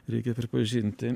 reikia pripažinti